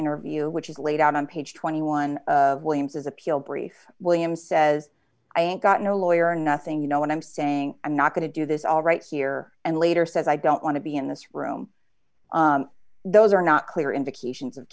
interview which is laid out on page twenty one williams as appeal brief williams says i ain't got no lawyer or nothing you know what i'm saying i'm not going to do this all right here and later says i don't want to be in this room those are not clear indications of